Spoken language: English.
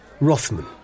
Rothman